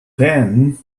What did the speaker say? then